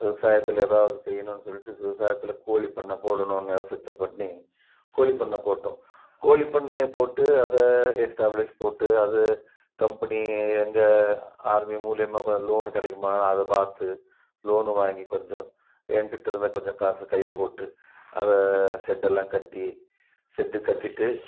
விவசாயத்தில் எதாவது செய்யணுன்னு சொல்லிட்டு விவசாயத்தில் கோழிப்பண்ணை போடணுன்னு யோசித்து பண்ணி கோழிப்பண்னை போட்டோம் கோழிப்பண்ணையை போட்டு அதை எஸ்டாபிளிஷ் போட்டு அதை கம்பனி எங்கள் ஆர்மி மூலியமாக கொஞ்சம் லோன் கிடைக்குமா அதை பார்த்து லோன் வாங்கி கொஞ்சம் எங்கிட்ட இருந்த கொஞ்சம் காசு கையை போட்டு அதை செட்டெல்லாம் கட்டி செட்டு கட்டிகிட்டு